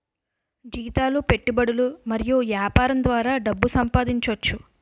జీతాలు పెట్టుబడులు మరియు యాపారం ద్వారా డబ్బు సంపాదించోచ్చు